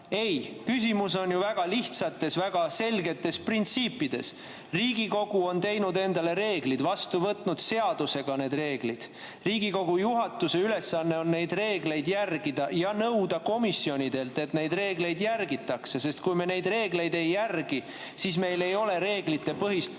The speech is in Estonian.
Ei, küsimus on ju väga lihtsates ja selgetes printsiipides. Riigikogu on teinud endale reeglid ja need vastu võtnud seadusega. Riigikogu juhatuse ülesanne on neid reegleid järgida ja nõuda komisjonidelt, et neid reegleid järgitakse, sest kui me neid reegleid ei järgi, siis meil ei ole reeglipõhist